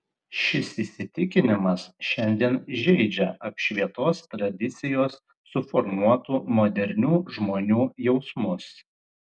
šis įsitikinimas šiandien žeidžia apšvietos tradicijos suformuotų modernių žmonių jausmus